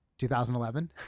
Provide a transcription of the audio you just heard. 2011